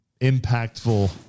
impactful